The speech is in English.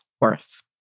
worth